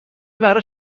برای